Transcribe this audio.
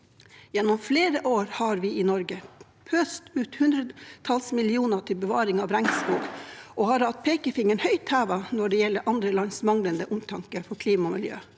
Gjennom flere år har vi i Norge pøst ut hundretalls millioner til bevaring av regnskog og har hatt pekefingeren høyt hevet når det gjelder andre lands manglende omtanke for klima og miljø.